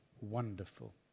wonderful